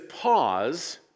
pause